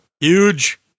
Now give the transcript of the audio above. Huge